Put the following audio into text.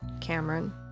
Cameron